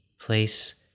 place